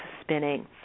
spinning